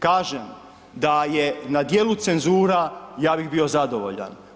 Kažem da je na djelu cenzura, ja bih bio zadovoljan.